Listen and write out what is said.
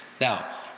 Now